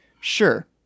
Sure